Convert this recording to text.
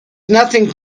nothing